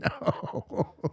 no